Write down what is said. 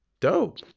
dope